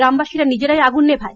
গ্রামবাসীরা নিজেরাই আগুন নেভায়